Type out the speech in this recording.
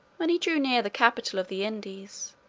when he drew near the capital of the indies,